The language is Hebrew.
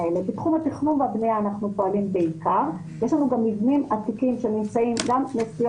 אנחנו היום ממשיכים בסדרה של ישיבות לאשר צווי